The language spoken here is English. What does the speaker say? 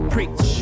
Preach